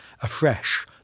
afresh